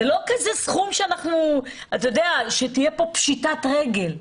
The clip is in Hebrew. זה לא סכום שיגרום כאן לפשיטת רגל.